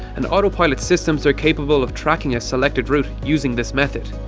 and autopilot systems are capable of tracking a selected route using this method.